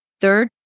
Third